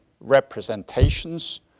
representations